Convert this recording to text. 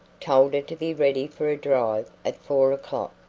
told her to be ready for a drive at four o'clock,